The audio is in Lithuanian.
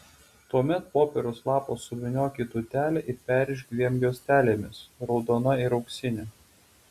tuomet popieriaus lapą suvyniok į tūtelę ir perrišk dviem juostelėmis raudona ir auksine